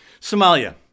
Somalia